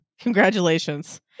Congratulations